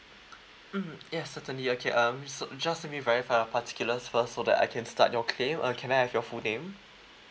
mm yes certainly okay um so just let me verify your particulars first so that I can start your claim uh can I have your full name